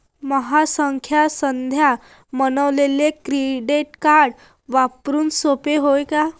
माह्या सारख्या साध्या मानसाले क्रेडिट कार्ड वापरने सोपं हाय का?